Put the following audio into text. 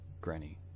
granny